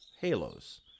halos